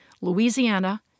Louisiana